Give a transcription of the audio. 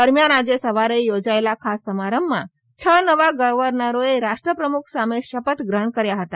દરમ્યાન આજે સવારે યોજાયેલા ખાસ સમારંભમાં છ નવા ગર્વનરોએ રાષ્ટ્રપ્રમુખ સામે શપથ ગ્રહણ કર્યા હતા